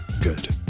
good